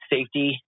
safety